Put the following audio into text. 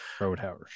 Roadhouse